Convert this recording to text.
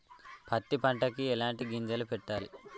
పత్తి పంటకి ఎలాంటి గింజలు పెట్టాలి?